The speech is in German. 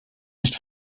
nicht